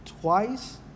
twice